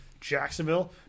Jacksonville